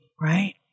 right